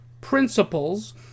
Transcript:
principles